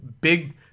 Big